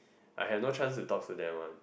I have no chance to talk to them one